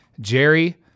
Jerry